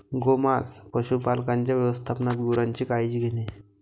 गोमांस पशुपालकांच्या व्यवस्थापनात गुरांची काळजी घेणे